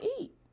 eat